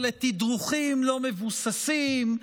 אלה תדרוכים לא מבוססים,